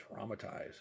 traumatized